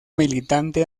militante